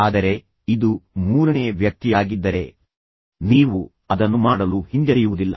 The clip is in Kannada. ಆದರೆ ಇದು ಮೂರನೇ ವ್ಯಕ್ತಿಯಾಗಿದ್ದರೆ ನೀವು ಅದನ್ನು ಮಾಡಲು ಹಿಂಜರಿಯುವುದಿಲ್ಲ